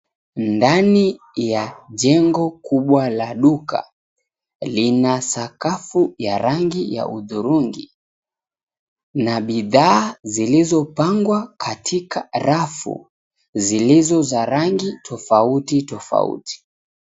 Ndani ya jengo kubwa la duka, lina sakafu ya rangi ya hudhurungi, na bidhaa zilizopangwa katika rafu zilizo za rangi tofauti tofauti.